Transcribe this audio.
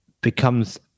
becomes